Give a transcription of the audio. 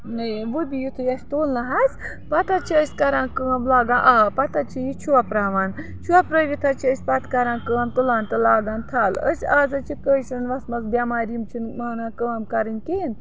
وُبہِ یُتھُے اَسہِ تُل نَہ حظ پَتہٕ حظ چھِ أسۍ کَران کٲم لاگان آب پَتہٕ حظ چھِ یہِ چھۄپراوان چھۄپرٲوِتھ حظ چھِ أسۍ پَتہٕ کَران کٲم تُلان تہٕ لاگان تھَل أسۍ آز حظ چھِ کٲشرٮ۪ن وَسمژٕ بٮ۪مارِ یِم چھِنہٕ مانان کٲم کَرٕنۍ کِہیٖنۍ